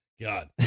god